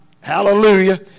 Hallelujah